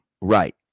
Right